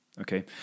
Okay